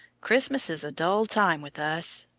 christmas is a dull time with us.